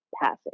passing